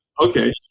Okay